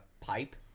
pipe